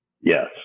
Yes